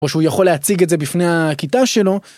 או שהוא יכול להציג את זה בפני הכיתה שלו.